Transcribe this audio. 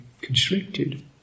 constricted